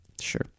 Sure